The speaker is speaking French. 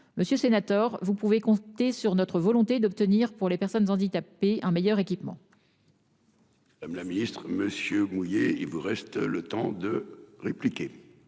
monsieur sénateur, vous pouvez compter sur notre volonté d'obtenir pour les personnes handicapées, un meilleur équipement. Madame la Ministre Monsieur mouillé. Il vous reste le temps de répliquer.